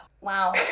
Wow